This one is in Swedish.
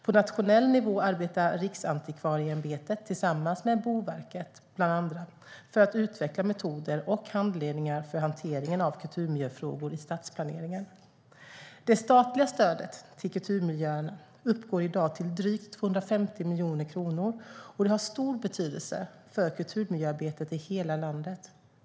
På nationell nivå arbetar Riksantikvarieämbetet tillsammans med bland andra Boverket för att utveckla metoder och handledningar för hanteringen av kulturmiljöfrågor i stadsplaneringen. Det statliga stödet till kulturmiljöerna uppgår i dag till drygt 250 miljoner kronor. Det har stor betydelse för kulturmiljöarbetet i hela landet.